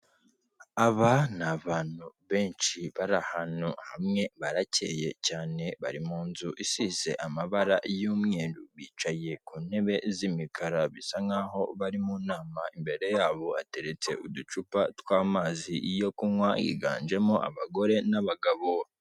Aba ni abantu benshi bari ahantu hamwe baracye cyane bari mu nzu isize amabara y'umweru bicaye ku ntebe z'imikara bisa nkahoa bari mu nama, imbere yabo ateretse uducupa tw'amazi yo kunywa higanjemo abagore n'abagabo.